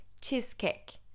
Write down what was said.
cheesecake